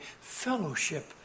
fellowship